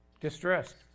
distressed